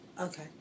Okay